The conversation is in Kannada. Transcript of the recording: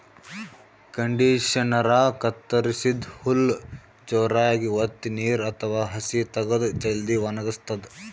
ಕಂಡಿಷನರಾ ಕತ್ತರಸಿದ್ದ್ ಹುಲ್ಲ್ ಜೋರಾಗ್ ವತ್ತಿ ನೀರ್ ಅಥವಾ ಹಸಿ ತಗದು ಜಲ್ದಿ ವಣಗಸ್ತದ್